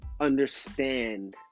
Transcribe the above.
understand